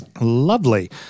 Lovely